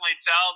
tell